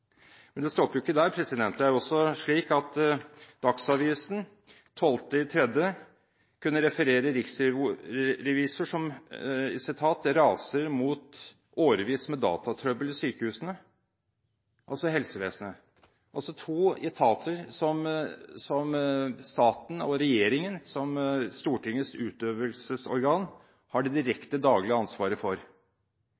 Det stopper ikke der. Det er også slik at Dagsavisen den 12. mars kunne referere riksrevisor som «raser mot årevis med datatrøbbel i sykehusene» – altså helsevesenet – det er to etater som staten og regjeringen som Stortingets utøvelsesorgan har det